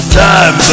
time